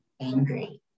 angry